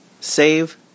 Save